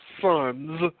sons